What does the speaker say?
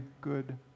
good